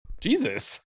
Jesus